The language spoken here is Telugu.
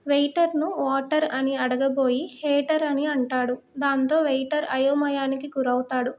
వెయిటర్ని వాటర్ అని అడగబోయి హేటర్ అని అంటాడు దాంతో వెయిటర్ అయోమయానికి గురవుతాడు